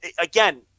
again